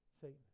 Satan